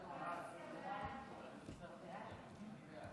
צו בריאות העם (נגיף